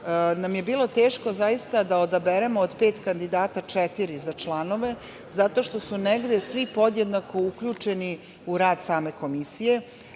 nam je bilo teško zaista da odaberemo od pet kandidata četiri za članove zato što su negde svi podjednako uključeni u rad same Komisije.